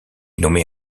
nommée